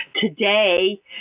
today